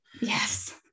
Yes